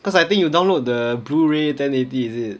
cause I think you download the blu-ray ten eighty is it